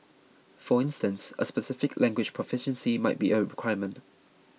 for instance a specific language proficiency might be a requirement